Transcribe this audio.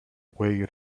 way